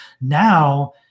Now